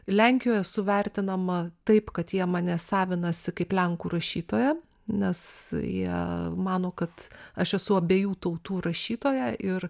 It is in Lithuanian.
lenkijoj esu vertinama taip kad jie mane savinasi kaip lenkų rašytoją nes jie mano kad aš esu abiejų tautų rašytoja ir